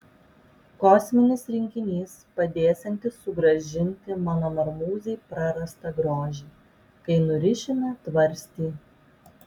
kosminis rinkinys padėsiantis sugrąžinti mano marmūzei prarastą grožį kai nurišime tvarstį